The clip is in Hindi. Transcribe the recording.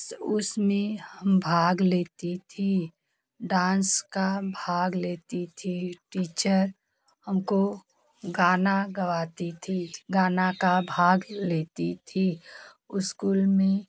उस उसमें हम भाग लेते थे डांस का भाग लेते थे टीचर हमको गाना गावती थी गाना का भाग लेती थी स्कूल में